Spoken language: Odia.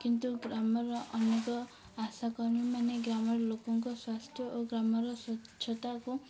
କିନ୍ତୁ ଗ୍ରାମର ଅନେକ ଆଶାକର୍ମୀ ମାନେ ଗ୍ରାମର ଲୋକଙ୍କ ସ୍ୱାସ୍ଥ୍ୟ ଓ ଗ୍ରାମର ସ୍ୱଚ୍ଛତାକୁ